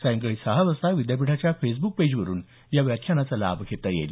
सायंकाळी सहा वाजता विद्यापीठाच्या फेसब्क पेजवरून या व्याख्यानाचा लाभ घेता येईल